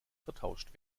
vertauscht